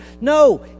No